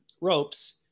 ropes